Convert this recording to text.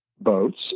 Boats